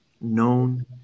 known